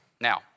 Now